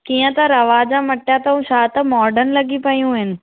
कीअं त रवाज़ मटिया अथऊं छा त मार्डन लॻियूं पयूं आहिनि